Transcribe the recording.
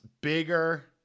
bigger